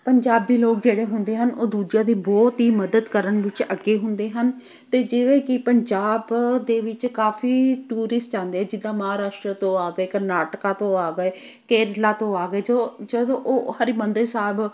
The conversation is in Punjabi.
ਪੰਜਾਬੀ ਲੋਕ ਜਿਹੜੇ ਹੁੰਦੇ ਹਨ ਉਹ ਦੂਜਿਆਂ ਦੀ ਬਹੁਤ ਹੀ ਮਦਦ ਕਰਨ ਵਿੱਚ ਅੱਗੇ ਹੁੰਦੇ ਹਨ ਅਤੇ ਜਿਵੇਂ ਕੀ ਪੰਜਾਬ ਦੇ ਵਿੱਚ ਕਾਫ਼ੀ ਟੂਰਿਸਟ ਆਉਂਦੇ ਜਿੱਦਾਂ ਮਹਾਰਾਸ਼ਟਰ ਤੋਂ ਆ ਗਏ ਕਰਨਾਟਕਾ ਤੋਂ ਆ ਗਏ ਕੇਰਲਾ ਤੋਂ ਆ ਗਏ ਜੋ ਜਦੋਂ ਉਹ ਹਰਿਮੰਦਰ ਸਾਹਿਬ